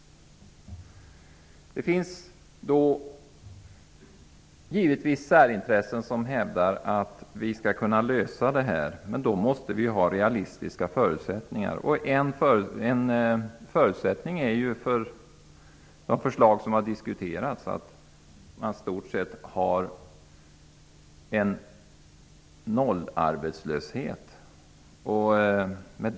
Det finns särintressen som hävdar att vi skall kunna lösa detta problem. Men då måste vi ha realistiska förutsättningar. En förutsättning för de förslag som diskuterats är att man har i stort sett ingen arbetslöshet alls.